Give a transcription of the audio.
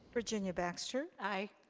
virginia baxter? aye.